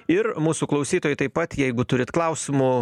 ir mūsų klausytojai taip pat jeigu turit klausimų